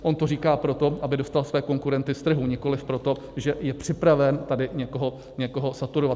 On to říká proto, aby dostal své konkurenty z trhu, nikoliv proto, že je připraven tady někoho saturovat.